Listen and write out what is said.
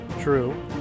true